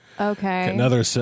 Okay